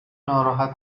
ناراحت